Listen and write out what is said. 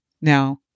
Now